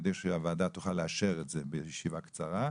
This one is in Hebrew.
כדי שהוועדה תוכל לאשר את זה בישיבה קצרה,